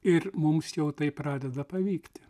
ir mums jau tai pradeda pavykti